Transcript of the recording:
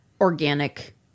organic